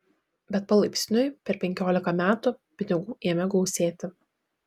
bet palaipsniui per penkiolika metų pinigų ėmė gausėti